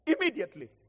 immediately